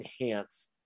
enhance